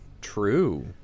true